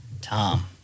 Tom